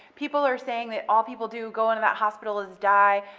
people are saying that all people do, go into that hospital, is die,